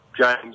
James